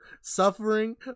suffering